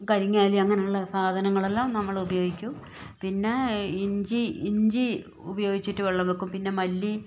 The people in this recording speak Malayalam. കരിങ്ങാലി അങ്ങനെയുള്ള സാധനങ്ങളെല്ലാം നമ്മള് ഉപയോഗിക്കും പിന്നെ ഇഞ്ചി ഇഞ്ചി ഉപയോഗിച്ചിട്ട് വെള്ളം വെക്കും പിന്നെ മല്ലി